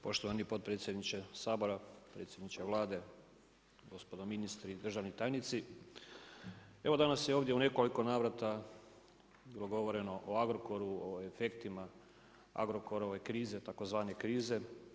Poštovani potpredsjedniče Sabora, predsjedniče Vlade, gospodo ministri i državni tajnici, evo danas je ovdje u nekoliko navrata bilo govoreno o Agrokoru, o efektima Agrokorove krize, tzv. krize.